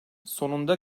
sonunda